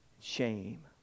shame